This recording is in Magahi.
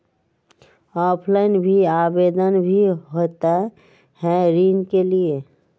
ऑफलाइन भी आवेदन भी होता है ऋण के लिए?